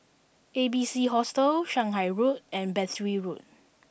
A B C Hostel Shanghai Road and Battery Road